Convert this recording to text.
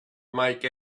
make